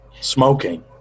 smoking